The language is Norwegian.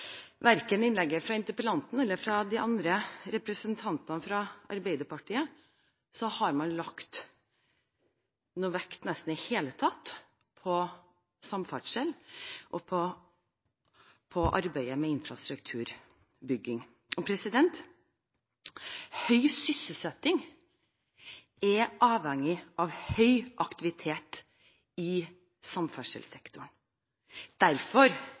Verken i innlegget til interpellanten eller til de andre representantene fra Arbeiderpartiet har man – nesten ikke i det hele tatt – lagt noen vekt på samferdsel og på arbeidet med infrastrukturbygging. Høy sysselsetting er avhengig av høy aktivitet i samferdselssektoren. Derfor